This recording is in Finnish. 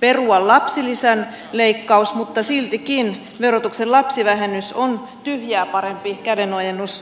perua lapsilisän leikkaus mutta siltikin verotuksen lapsivähennys on tyhjää parempi kädenojennus lapsiperheille